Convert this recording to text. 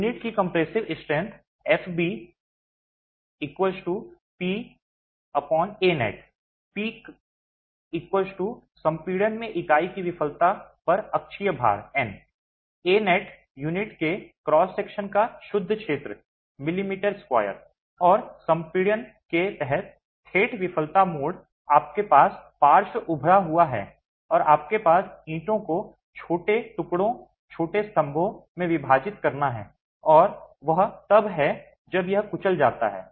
unit की compressive strength fb P Anet P संपीड़न में इकाई की विफलता पर अक्षीय भार एन एनेट यूनिट के क्रॉस सेक्शन का शुद्ध क्षेत्र मिमी 2 और संपीड़न के तहत ठेठ विफलता मोड आपके पास पार्श्व उभड़ा हुआ है और आपके पास ईंटों को छोटे टुकड़ों छोटे स्तंभों में विभाजित करना है और वह तब है जब यह कुचल जाता है